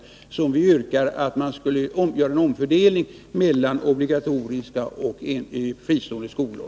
Det är därför som vi yrkar att man skall göra en omfördelning mellan obligatoriska och fristående skolor.